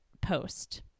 post